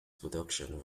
production